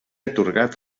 atorgat